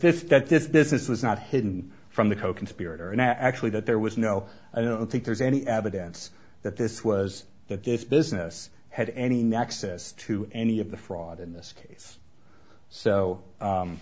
this is that this business was not hidden from the coconspirator and i actually that there was no i don't think there's any evidence that this was that this business had any nexus to any of the fraud in this case so